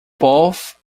both